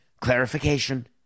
clarification